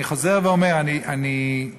אני לא